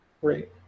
Great